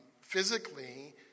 Physically